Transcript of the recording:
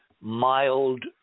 mild